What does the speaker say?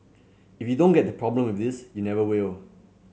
if you don't get the problem with this you never will